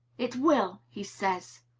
it will, he says.